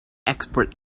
export